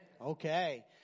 Okay